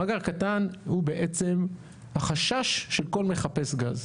מאגר קטן הוא בעצם החשש של כל מחפש גז.